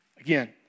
again